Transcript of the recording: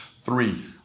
three